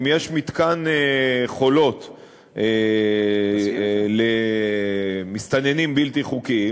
אם יש מתקן "חולות" למסתננים בלתי חוקיים,